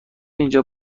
اینجا